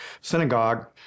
synagogue